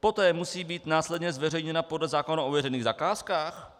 poté musí být následně zveřejněna podle zákona o uvedených zakázkách?